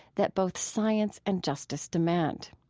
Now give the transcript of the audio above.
that both science and justice demand.